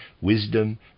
wisdom